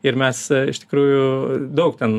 ir mes iš tikrųjų daug ten